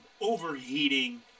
overheating